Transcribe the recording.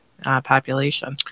population